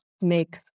make